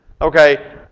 Okay